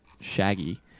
Shaggy